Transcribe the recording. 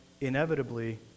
inevitably